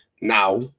Now